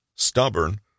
stubborn